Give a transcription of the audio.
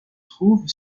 trouve